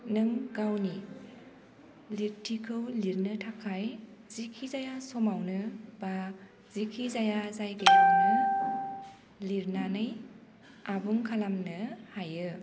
नों गावनि लिरथिखौ लिरनो थाखाय जेखि जाया समावनो बा जेखि जाया जायगायावनो लिरनानै आबुं खालामनो हायो